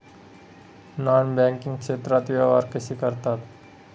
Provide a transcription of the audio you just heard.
Non banking क्षेत्रात व्यवहार कसे करतात?